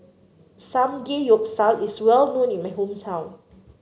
samgeyopsal is well known in my hometown